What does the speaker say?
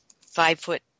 five-foot